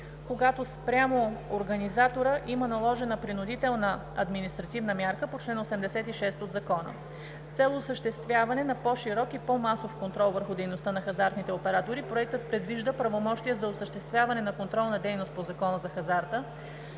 когато спрямо организатора има наложена принудителна административна мярка по чл. 86 от Закона. С цел осъществяване на по-широк и по-масов контрол върху дейността на хазартните оператори Проектът предвижда правомощия за осъществяване на контролна дейност по Закона за хазарта